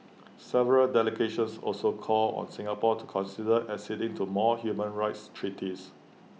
several delegations also called on Singapore to consider acceding to more human rights treaties